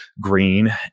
green